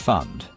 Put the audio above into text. Fund